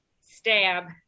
stab